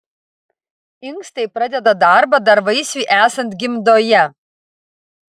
inkstai pradeda darbą dar vaisiui esant gimdoje